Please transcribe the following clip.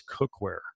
cookware